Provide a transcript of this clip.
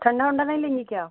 ठंडा ओंडा नहीं लेंगी क्या